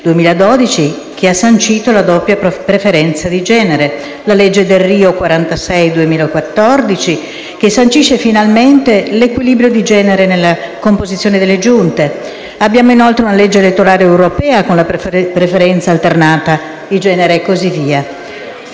2012, che ha sancito la doppia preferenza di genere, nonche´ la legge Delrio, la n. 56 del 2014, che sancisce finalmente l’equilibrio di genere nella composizione delle Giunte. Abbiamo inoltre una legge elettorale europea con la preferenza alternata di genere, e cosı via.